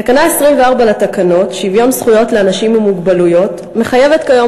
תקנה 24 לתקנות שוויון זכויות לאנשים עם מוגבלויות מחייבת כיום